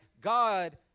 God